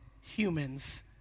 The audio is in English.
humans